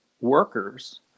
workers